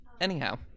Anyhow